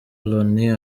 loni